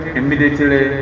immediately